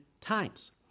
times